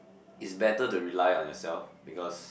is better to rely on yourself because